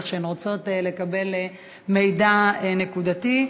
כשהם רוצים לקבל מידע נקודתי,